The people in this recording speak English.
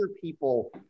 people